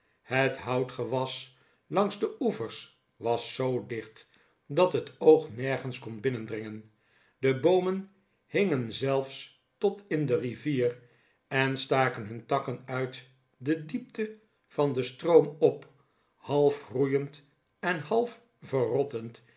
het houtgewas langs de oevers was zoo dicht dat het oog nergens kon binnendringen de boomen hingen zelfs tot in de rivier en staken hun takken uit de diepte van den stroom op half groeiend en half verrottend